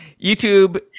YouTube